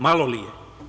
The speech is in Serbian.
Malo li je?